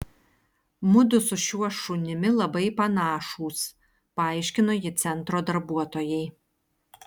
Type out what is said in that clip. mudu su šiuo šunimi labai panašūs paaiškino ji centro darbuotojai